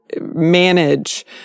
manage